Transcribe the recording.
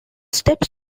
steps